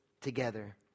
together